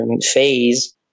phase